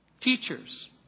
teachers